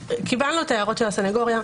קיבלנו את ההערות של הסנגוריה,